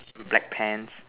black pants